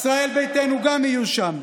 ישראל ביתנו גם יהיו שם.